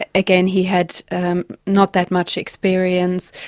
ah again, he had not that much experience.